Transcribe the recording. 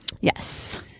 Yes